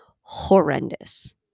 horrendous